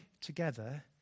together